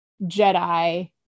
jedi